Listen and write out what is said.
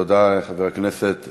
תודה, חבר הכנסת.